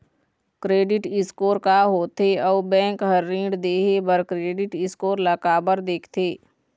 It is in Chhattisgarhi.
क्रेडिट स्कोर का होथे अउ बैंक हर ऋण देहे बार क्रेडिट स्कोर ला काबर देखते?